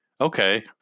okay –